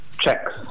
checks